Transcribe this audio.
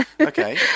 okay